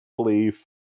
Please